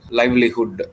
livelihood